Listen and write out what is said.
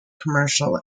commercial